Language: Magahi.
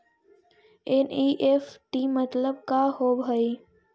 एन.ई.एफ.टी मतलब का होब हई?